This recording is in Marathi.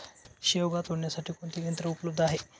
शेवगा तोडण्यासाठी कोणते यंत्र उपलब्ध आहे?